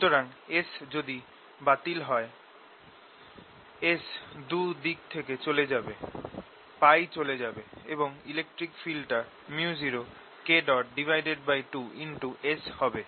সুতরাং S যদি কে বাতিল করি S দু দিক থেকে চলে যাবে π চলে যাবে এবং ইলেকট্রিক ফিল্ডটা µ0K2S হবে